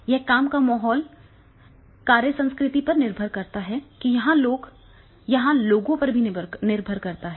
यह काम के माहौल कार्य संस्कृति पर निर्भर करता है और यह लोगों पर भी निर्भर करता है